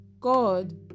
God